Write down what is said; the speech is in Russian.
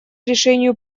решению